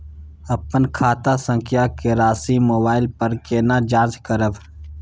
अपन खाता संख्या के राशि मोबाइल पर केना जाँच करब?